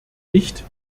nicht